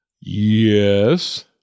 yes